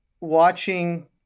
watching